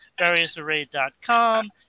VariousArray.com